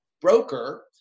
broker